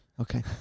Okay